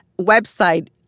website